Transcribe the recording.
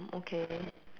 okay